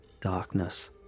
darkness